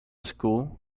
school